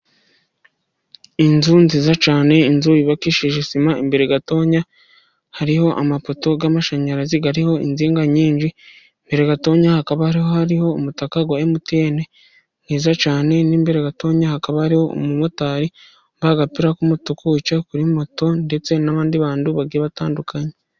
Inzu nziza cyane, inzu yubakishije sima, imbere gato hariho amapoto y'amashanyarazi ariho inzinga nyinshi, imbere gato hakaba hariho umutaka wa emutiyene mwiza cyane, n'imbere gato hakaba hariho umumotari wambaye agapira k'umutuku wicaye kuri moto, ndetse n'abandi bantu bagiye batandukanye.